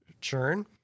churn